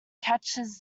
catches